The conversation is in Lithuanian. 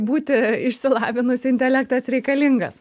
būti išsilavinus intelektas reikalingas